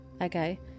okay